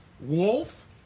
wolf